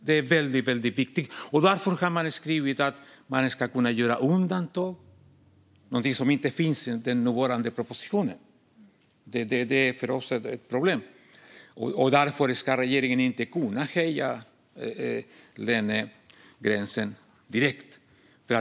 Det är väldigt viktigt, och därför har vi skrivit att man ska kunna göra undantag - någonting som inte finns med i den nuvarande propositionen. Det är ett problem för oss, och därför ska regeringen inte kunna höja lönegränsen direkt.